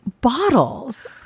bottles